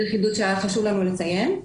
זה חידוד שהיה חשוב לנו לציין.